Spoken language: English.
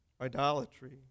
Idolatry